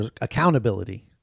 accountability